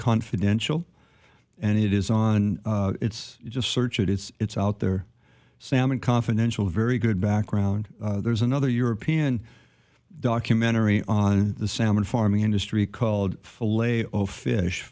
confidential and it is on it's just search it it's out there salmon confidential very good background there's another european documentary on the salmon farming industry called fillet of fish